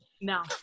No